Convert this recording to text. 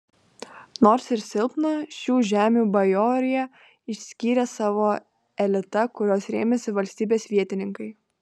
nors ir silpna šių žemių bajorija išskyrė savo elitą kuriuo rėmėsi valstybės vietininkai